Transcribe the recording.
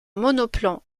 monoplan